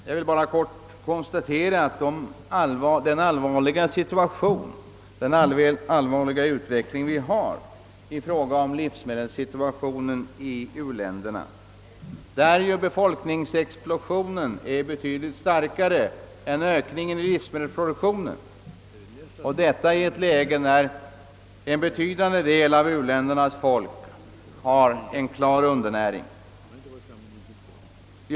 Jag konstaterar också den allvarliga livsmedelssituationen i u-länderna, där befolkningsexplosionen är = betydligt starkare än ökningen av livsmedelstillgångarna, och detta i ett läge där en betydande del av befolkningen i u-länderna är klart undernärd.